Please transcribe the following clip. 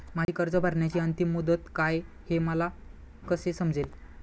माझी कर्ज भरण्याची अंतिम मुदत काय, हे मला कसे समजेल?